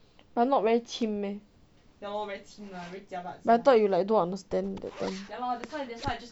but not very chim meh but I thought you like don't understand that time